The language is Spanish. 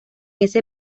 ese